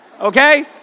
okay